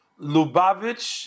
Lubavitch